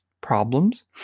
problems